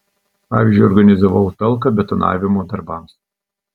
pavyzdžiui organizavau talką betonavimo darbams